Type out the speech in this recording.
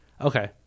Okay